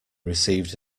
received